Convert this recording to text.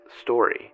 story